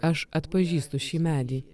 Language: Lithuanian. aš atpažįstu šį medį